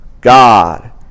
God